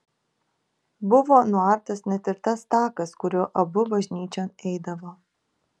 buvo nuartas net ir tas takas kuriuo abu bažnyčion eidavo